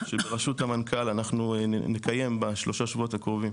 שברשות המנכ"ל אנחנו נקיים בשלושת השבועות הקרובים